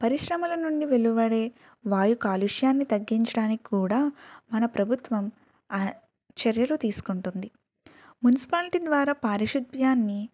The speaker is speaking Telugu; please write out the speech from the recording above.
పరిశ్రమల నుండి వెలువడే వాయుకాలుష్యాన్ని తగ్గించడానికి కూడా మన ప్రభుత్వం ఆ చర్యలు తీసుకుంటుంది మున్సిపాలిటీ ద్వారా పారిశుద్యం